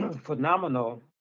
phenomenal